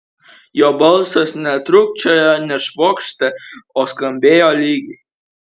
jo balsas netrūkčiojo nešvokštė o skambėjo lygiai